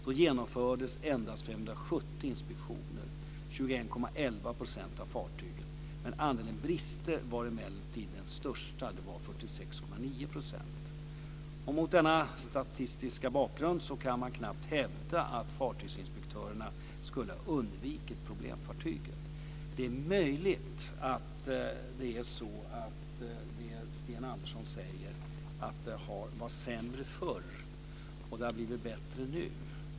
Då genomfördes endast 570 inspektioner - 21,11 % av fartygen. Andelen brister var emellertid den största, nämligen 46,9 %. Mot denna statistiska bakgrund kan man knappast hävda att fartygsinspektörerna skulle ha undvikit problemfartygen. Det är möjligt att det stämmer, det som Sten Andersson säger om att det var sämre förr och har blivit bättre nu.